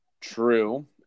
true